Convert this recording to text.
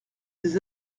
des